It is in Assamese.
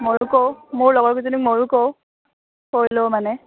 মইও কওঁ মোৰ লগৰ কেইজনী মইও কওঁ কৈ লওঁ মানে